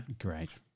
Great